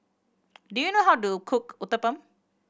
do you know how to cook Uthapam